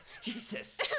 Jesus